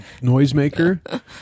noisemaker